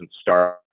start